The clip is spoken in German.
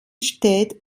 steht